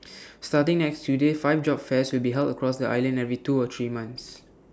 starting next Tuesday five job fairs will be held across the island every two or three months